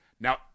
Now